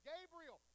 Gabriel